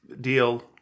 deal